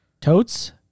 Totes